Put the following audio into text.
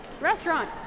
Restaurant